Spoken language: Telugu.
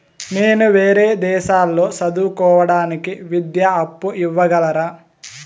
నేను వేరే దేశాల్లో చదువు కోవడానికి విద్యా అప్పు ఇవ్వగలరా?